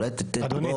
אדוני,